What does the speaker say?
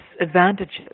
advantages